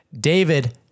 David